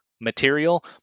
Material